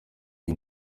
iyi